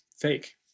fake